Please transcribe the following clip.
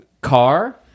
car